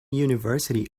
university